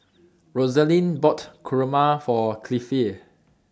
Roselyn bought Kurma For Cliffie